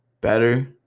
better